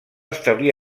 establir